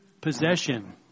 possession